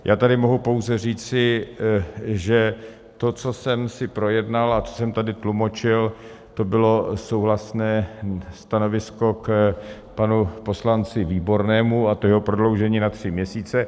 Já tady mohu pouze říci, že to, co jsem si projednal a co jsem tady tlumočil, to bylo souhlasné stanovisko k panu poslanci Výbornému a tomu jeho prodloužení na tři měsíce.